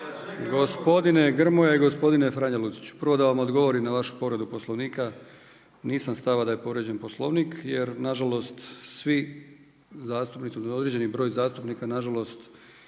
Gospodine Grmoja i gospodine Luciću prvo da vam odgovorim na vašu povredu Poslovnika. Nisam stava da je povrijeđen Poslovnik jer nažalost svi zastupnici određeni broj zastupnika nažalost